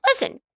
Listen